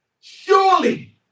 surely